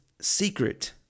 Secret